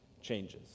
changes